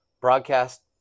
Broadcast